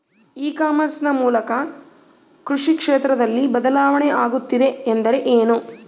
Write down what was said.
E commerce ನ ಮೂಲಕ ಕೃಷಿ ಕ್ಷೇತ್ರದಲ್ಲಿ ಬದಲಾವಣೆ ಆಗುತ್ತಿದೆ ಎಂದರೆ ಏನು?